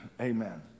amen